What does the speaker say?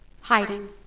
hiding